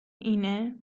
اینه